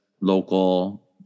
local